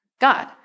God